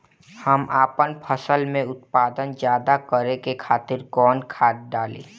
हम आपन फसल में उत्पादन ज्यदा करे खातिर कौन खाद डाली?